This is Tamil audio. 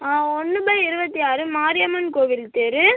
ஆ ஒன்று பை இருபத்தி ஆறு மாரியம்மன் கோவில் தெரு